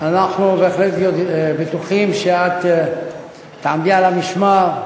אנחנו בטוחים שאת תעמדי על המשמר,